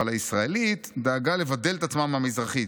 אבל הישראלית דאגה לבדל את עצמה מהמזרחית,